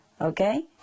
Okay